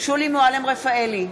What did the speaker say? שולי מועלם-רפאלי,